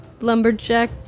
lumberjack